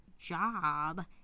job